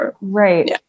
right